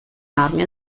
armi